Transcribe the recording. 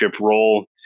role